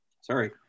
sorry